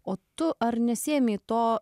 o tu ar nesiėmei to